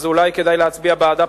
אז אולי כדאי להצביע בעדה,